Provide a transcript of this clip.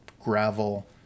gravel